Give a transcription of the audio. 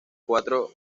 cuatro